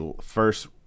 first